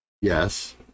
Yes